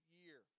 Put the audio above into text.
year